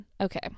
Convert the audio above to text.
Okay